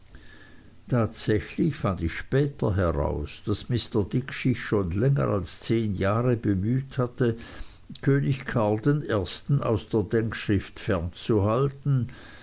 tatsächlich fand ich später heraus daß mr dick sich schon länger als zehn jahre bemüht hatte könig karl den ersten aus der denkschrift fernzuhalten